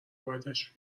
بدش